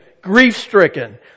grief-stricken